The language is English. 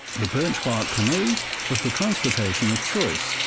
the birch bark canoe was the transportation of choice.